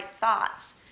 thoughts